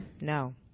No